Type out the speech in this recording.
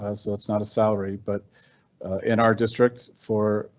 and so it's not a salary, but in our district, for